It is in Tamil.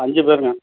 அஞ்சு பேருங்க